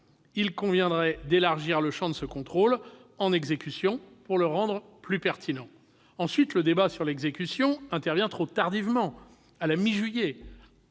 Il conviendrait d'élargir le champ de ce contrôle en exécution, pour le rendre plus pertinent. Ensuite, le débat sur l'exécution intervient trop tardivement, à la mi-juillet,